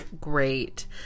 great